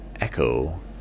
echo